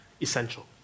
essential